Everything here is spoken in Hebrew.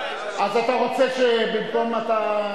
התקווה שלהם היא להיות עם חופשי בארצנו במלוא מובן המלה.